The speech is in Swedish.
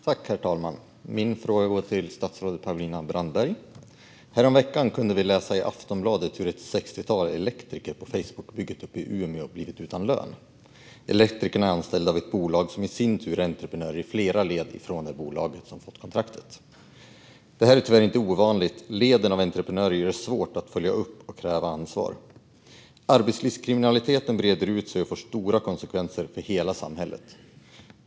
Herr talman! Min fråga går till statsrådet Paulina Brandberg. Häromveckan kunde vi läsa i Aftonbladet att ett sextiotal elektriker på Facebookbygget i Umeå blivit utan lön. Elektrikerna är anställda i ett bolag som i sin tur är entreprenör i flera led från det bolag som fått kontraktet. Detta är tyvärr inte ovanligt, och leden av entreprenörer gör det svårt att följa upp och kräva ansvar. Arbetslivskriminaliteten breder ut sig och får stora konsekvenser för hela samhället.